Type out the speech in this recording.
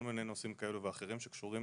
כל מיני נושאים כאלה ואחרים שקשורים